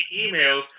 emails